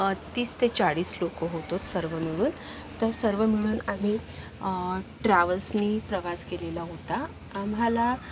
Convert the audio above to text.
तीस ते चाळीस लोकं होतो सर्व मिळून तर सर्व मिळून आम्ही ट्रॅव्हल्सनी प्रवास केलेला होता आम्हाला